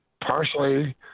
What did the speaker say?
partially